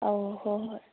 ꯑꯥꯎ ꯍꯣꯏ ꯍꯣꯏ